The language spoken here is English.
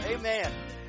Amen